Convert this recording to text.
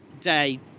day